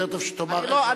יותר טוב שתאמר איזה ראש,